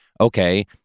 okay